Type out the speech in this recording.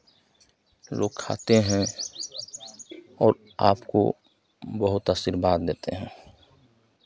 लोग खाते हैं और आपको बहुत आशिर्वाद देते हैं